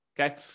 okay